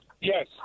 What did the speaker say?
Yes